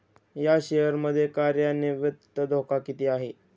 या शेअर मध्ये कार्यान्वित धोका किती आहे?